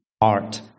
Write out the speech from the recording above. art